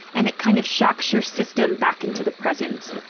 and it kind of shocks your system back into the present.